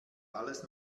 alles